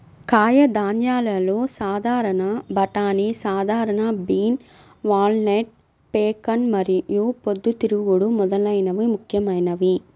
కాయధాన్యాలలో సాధారణ బఠానీ, సాధారణ బీన్, వాల్నట్, పెకాన్ మరియు పొద్దుతిరుగుడు మొదలైనవి ముఖ్యమైనవి